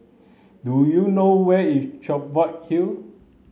do you know where is Cheviot Hill